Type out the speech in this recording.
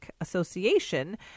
Association